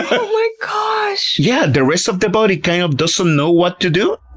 oh my gosh. yeah. the rest of the body kind of doesn't know what to do.